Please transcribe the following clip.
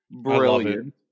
Brilliant